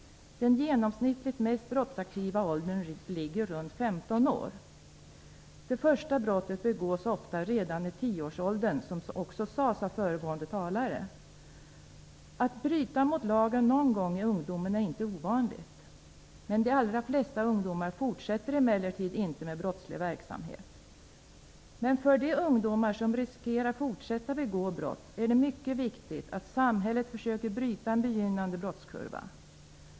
Den genomsnittligt mest brottsaktiva åldern ligger runt 15 år. Det första brottet begås ofta redan i 10 årsåldern, som också sades av föregående talare. Att bryta mot lagen någon gång i ungdomen är inte ovanligt. De allra flesta ungdomar fortsätter emellertid inte med brottslig verksamhet. Men för de ungdomar som riskerar att fortsätta begå brott är det mycket viktigt att samhället försöker bryta en begynnande brottskurva.